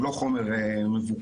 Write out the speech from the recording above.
הוא לא חומר מבוקר,